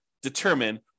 determine